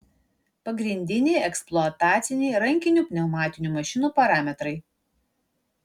pagrindiniai eksploataciniai rankinių pneumatinių mašinų parametrai